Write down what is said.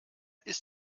ist